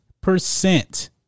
percent